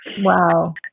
wow